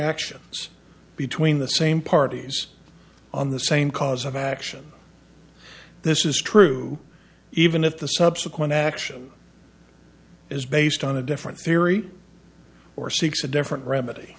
actions between the same parties on the same cause of action this is true even if the subsequent action is based on a different theory or seeks a different remedy